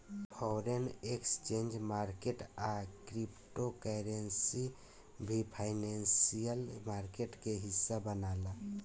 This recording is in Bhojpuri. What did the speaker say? फॉरेन एक्सचेंज मार्केट आ क्रिप्टो करेंसी भी फाइनेंशियल मार्केट के हिस्सा मनाला